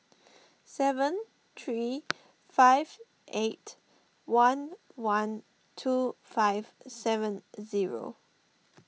seven three five eight one one two five seven zero